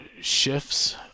shifts